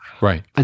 Right